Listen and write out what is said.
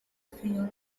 escribió